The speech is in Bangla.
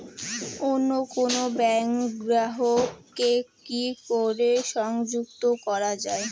অন্য কোনো ব্যাংক গ্রাহক কে কি করে সংযুক্ত করা য়ায়?